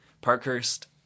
Parkhurst